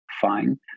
Fine